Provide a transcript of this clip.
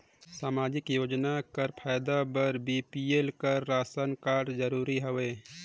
समाजिक योजना कर फायदा बर बी.पी.एल कर राशन कारड जरूरी हवे?